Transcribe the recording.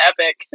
epic